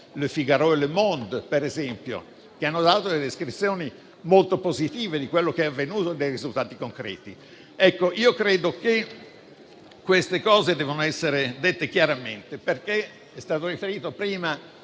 «Le Figaro» e a «Le Monde», per esempio, che hanno dato delle descrizioni molto positive di quello che è avvenuto e dei risultati concreti. Credo che queste cose debbano essere dette chiaramente. È stato riferito prima